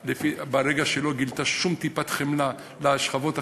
ברגע שהיא לא גילתה שום טיפת חמלה לשכבות החלשות,